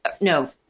no